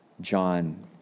john